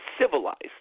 civilized